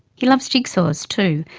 he loves jigsaws too,